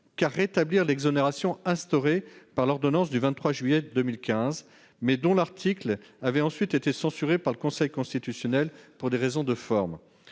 qu'à rétablir l'exonération instaurée par l'ordonnance du 23 juillet 2015, mais dont l'article avait ensuite été censuré par le Conseil constitutionnel pour des raisons de forme